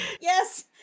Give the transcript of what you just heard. Yes